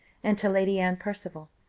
and to lady anne percival.